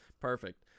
Perfect